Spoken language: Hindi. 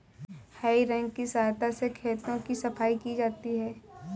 हेइ रेक की सहायता से खेतों की सफाई हो जाती है